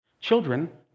Children